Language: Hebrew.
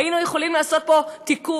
היינו יכולים לעשות פה תיקון.